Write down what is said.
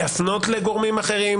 להפנות לגורמים אחרים,